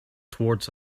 towards